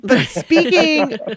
speaking